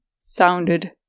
sounded